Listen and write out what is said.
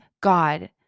God